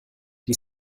die